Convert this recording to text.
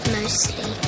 mostly